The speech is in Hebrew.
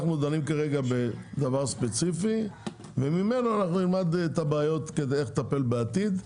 אנחנו דנים כרגע בדבר ספציפי וממנו נלמד איך לטפל בבעיות בעתיד.